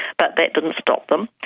but that didn't stop them.